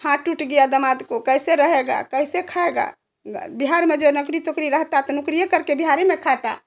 हाथ टूट गया दामाद को कैसे रहेगा कैसे खाएगा बिहार में जो नौकरी टोकरी रहता तो नौकरी करके बिहार ही मैं खाता